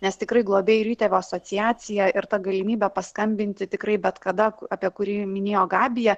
nes tikrai globėjo ir įtėvio asociacija ir ta galimybė paskambinti tikrai bet kada apie kurį minėjo gabija